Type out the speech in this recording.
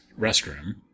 restroom